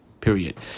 period